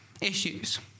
issues